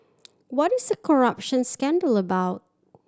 what is the corruption scandal about